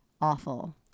awful